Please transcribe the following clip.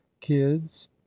kids